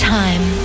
time